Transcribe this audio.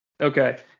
okay